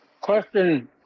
Question